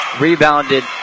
Rebounded